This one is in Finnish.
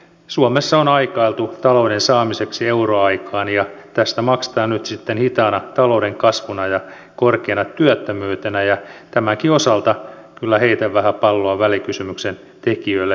suomessa on aikailtu talouden saamiseksi euroaikaan ja tästä maksetaan nyt sitten hitaana talouden kasvuna ja korkeana työttömyytenä ja tämänkin osalta kyllä heitän vähän palloa välikysymyksen tekijöille